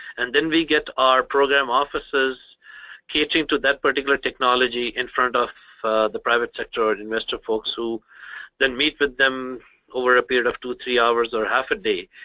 and then we get our program offices catering to that particular technology in front of the private sector or investor folks who then meet with them over a period of two, three hours, or half a day.